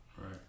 Right